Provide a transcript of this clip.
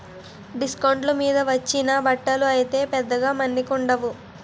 డిస్కౌంట్ల మీద వచ్చిన బట్టలు అయితే పెద్దగా మన్నికుండవు